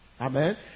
Amen